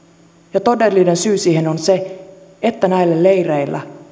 ja todellinen syy siihen on se että näillä leireillä